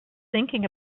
thinking